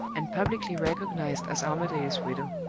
and publicly recognized as armadale's widow.